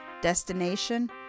Destination